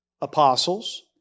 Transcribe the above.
apostles